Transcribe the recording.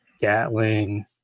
Gatling